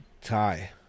tie